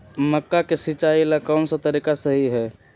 मक्का के सिचाई ला कौन सा तरीका सही है?